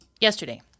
Yesterday